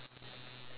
oh really